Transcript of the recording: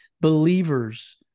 believers